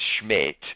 schmidt